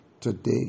Today